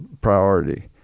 priority